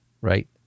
right